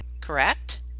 correct